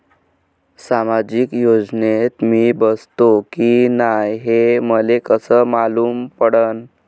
सामाजिक योजनेत मी बसतो की नाय हे मले कस मालूम पडन?